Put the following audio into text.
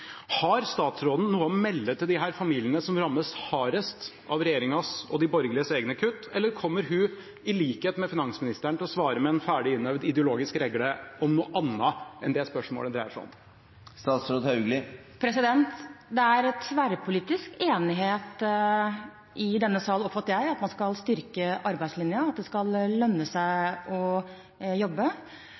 Har statsråden noe å melde til disse familiene som rammes hardest av regjeringens og de borgerliges egne kutt, eller kommer hun, i likhet med finansministeren, til å svare med en ferdig innøvd ideologisk regle om noe annet enn det spørsmålet dreier seg om? Det er tverrpolitisk enighet i denne salen, oppfatter jeg, om at man skal styrke arbeidslinjen, og at det skal lønne seg å jobbe.